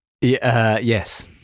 Yes